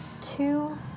Two